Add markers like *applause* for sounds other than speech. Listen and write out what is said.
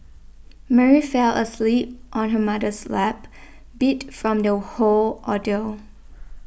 Mary fell asleep on her mother's lap beat from the *unintelligible* whole ordeal